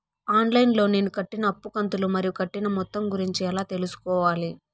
On line లో నేను కట్టిన అప్పు కంతులు మరియు కట్టిన మొత్తం గురించి ఎలా తెలుసుకోవాలి?